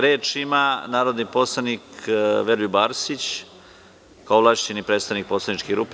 Reč ima narodni poslanik Veroljub Arsić, kao ovlašćeni predstavnik poslaničke grupe.